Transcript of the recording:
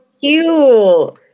cute